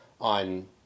on